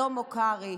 שלמה קרעי.